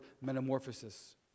metamorphosis